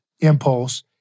impulse